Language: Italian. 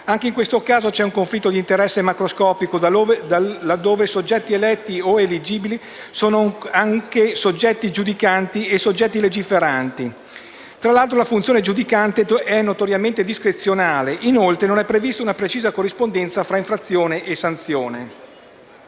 Anche in questo caso c'è un conflitto d'interessi macroscopico laddove soggetti eletti e/o eleggibili sono anche soggetti giudicanti e soggetti legiferanti. Tra l'altro, la funzione giudicante è notoriamente discrezionale e non è prevista una precisa corrispondenza tra infrazione e sanzione.